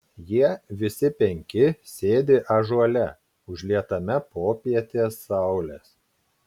jie visi penki sėdi ąžuole užlietame popietės saulės